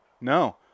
No